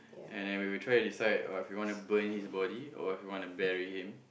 and then we will try to decide oh if we want to burn his body or if we want to bury him